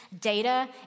data